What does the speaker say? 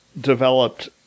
developed